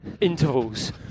intervals